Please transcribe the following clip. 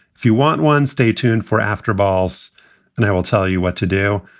if you want one, stay tuned for after balls and i will tell you what to do.